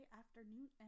afternoon